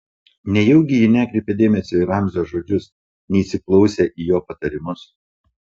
nejaugi ji nekreipė dėmesio į ramzio žodžius neįsiklausė į jo patarimus